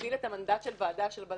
להגדיל את המנדט של ועדת המשנה,